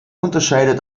unterscheidet